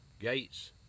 gates